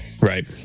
Right